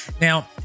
Now